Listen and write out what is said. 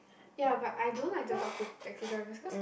ya but I don't like to talk to taxi drivers cause